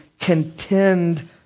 contend